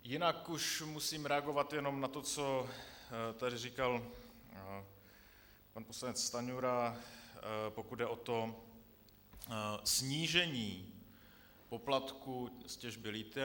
Jinak už musím reagovat jenom na to, co tady říkal pan poslanec Stanjura, pokud jde o to snížení poplatku z těžby lithia.